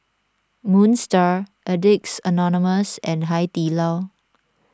Moon Star Addicts Anonymous and Hai Di Lao